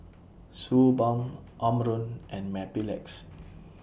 Suu Balm Omron and Mepilex